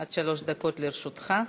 עד שלוש דקות לרשותך.